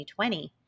2020